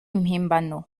impimbano